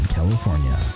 California